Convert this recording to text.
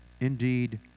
Indeed